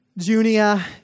Junia